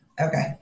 okay